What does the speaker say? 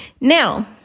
Now